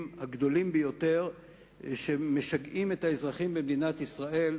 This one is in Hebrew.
הגדולים ביותר שמשגעים את האזרחים במדינת ישראל,